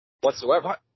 whatsoever